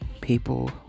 people